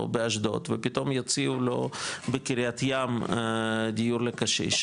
או באשדוד ופתאום יציעו לו בקריית ים דיור לקשיש,